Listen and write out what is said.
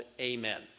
AMEN